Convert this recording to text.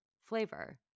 flavor